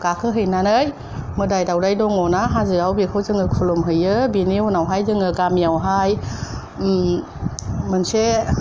गाखोहैनानै मोदाइ दाउदाइ दङना हाजोआव बेखौ जों खुलुमहोयो बेनि उनाव जोङो गामिआवहाय ओम मोनसे